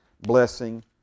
blessing